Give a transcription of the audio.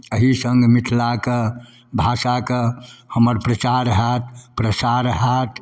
एहिसङ्ग मिथिलाके भाषाके हमर प्रचार हैत प्रसार हैत